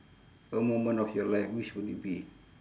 a moment of your life which would it be